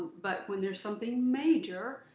but when there's something major,